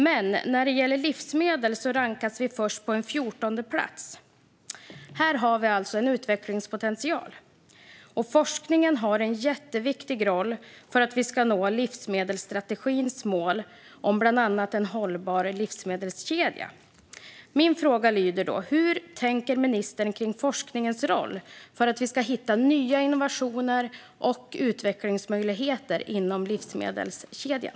Men när det gäller livsmedel rankas vi först på 14:e plats. Här har vi alltså en utvecklingspotential. Forskningen har en jätteviktig roll för att vi ska nå livsmedelsstrategins mål om bland annat en hållbar livsmedelskedja. Min fråga lyder: Hur tänker ministern kring forskningens roll för att vi ska hitta nya innovationer och utvecklingsmöjligheter inom livsmedelskedjan?